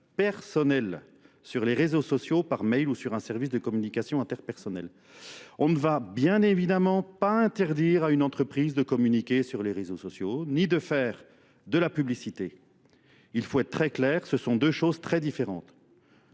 personnels sur les réseaux sociaux par mail ou sur un service de communication interpersonnel. On ne va bien évidemment pas interdire à une entreprise de communiquer sur les réseaux sociaux, ni de faire de la publicité. Il faut être très clair, ce sont deux choses très différentes.